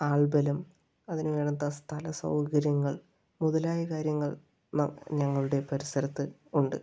ആൾബലം അതിന് വേണ്ടുന്ന സ്ഥലസൗകര്യങ്ങൾ മുതലായ കാര്യങ്ങൾ ഞങ്ങളുടെ പരിസരത്ത് ഉണ്ട്